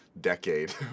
decade